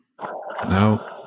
No